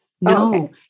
no